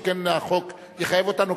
שכן החוק יחייב אותנו,